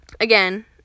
again